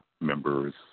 members